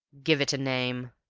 give it a name.